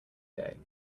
day